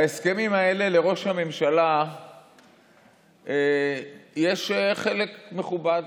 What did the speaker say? בהסכמים האלה לראש הממשלה יש חלק מכובד,